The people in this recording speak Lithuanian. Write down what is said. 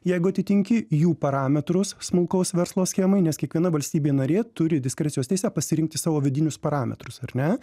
jeigu atitinki jų parametrus smulkaus verslo schemai nes kiekviena valstybė narė turi diskrecijos teisę pasirinkti savo vidinius parametrus ar ne